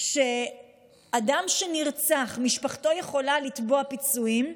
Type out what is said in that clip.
שאדם שנרצח, משפחתו יכולה לתבוע פיצויים,